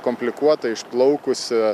komplikuota išplaukusi